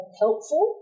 helpful